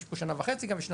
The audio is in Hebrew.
יש פה גם שנה וחצי ושנתיים,